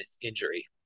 injury